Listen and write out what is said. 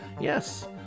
Yes